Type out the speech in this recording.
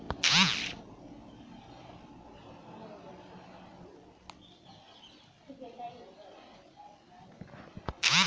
जीवन बीमा में आदमी के मरला अउरी दुर्घटना भईला पे पईसा मिलत हवे